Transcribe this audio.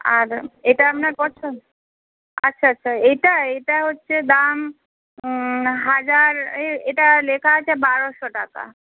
আর এটা আপনার পছন্দ আচ্ছা আচ্ছা এইটা এটা হচ্ছে দাম হাজার এটা লেখা আছে বারোশো টাকা